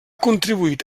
contribuït